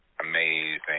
amazing